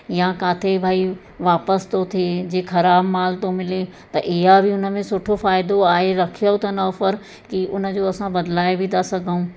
या काथे भई वापसि थो थिए जे ख़राबु माल थो मिले त इहा बि उन में सुठो फ़ाइदो आहे रखियो अथनि ऑफर की उन जो असां बदिलाए बि था सघूं